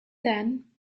then